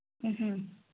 ꯎꯝꯍꯨꯝ